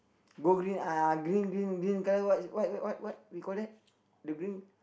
blue green uh green green green colour what is what what what what we call that the green